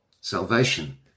Salvation